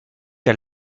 der